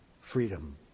Freedom